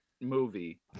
movie